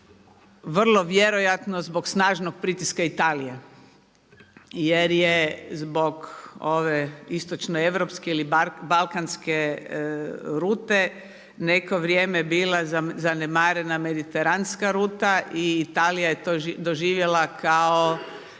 vrlo vjerojatno zbog snažnog pritiska Italije jer je zbog ove istočnoeuropske ili balkanske rute neko vrijeme bila zanemarena mediteranska ruta i Italija je to doživjela kao